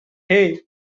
hey